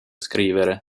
scrivere